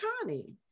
Connie